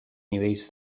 nivells